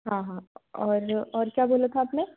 हाँ हाँ और क्या बोला था आपने